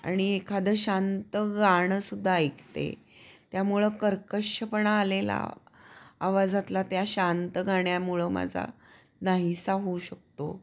आणि एखादं शांत गाणं सुद्धा ऐकते त्यामुळं कर्कशपणा आलेला आवाजातला त्या शांत गाण्यामुळं माझा नाहीसा होऊ शकतो